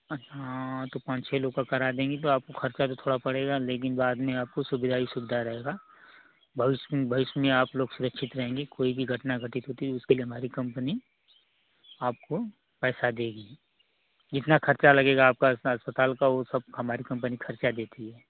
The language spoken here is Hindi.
हाँ तो पाँच छः लोग का करा देंगे तो आपको खर्चा भी थोड़ा पड़ेगा लेकीन बाद में आपको सुविधा ही सुविधा रहेगा भविष्य में आप लोग सुरक्षित रहेंगे कोई भी घटना घटित होती है उसके लिए हमारी कंपनी आपको पैसा देगी जितना खरचा लगेगाआपका इसमें अस्पताल का हमारी कम्पनी खर्चा देती है